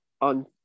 on